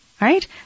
Right